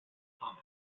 comet